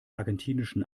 argentinischen